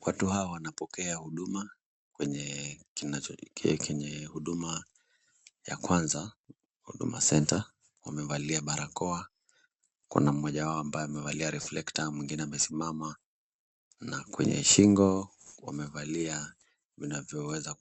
Watu hawa wanapokea huduma kwenye huduma ya kwanza huduma centre . Wamevalia barakoa, kuna mmoja wao ambaye amevalia reflector mwingine amesimama na kwenye shingo wamevalia zinazoweza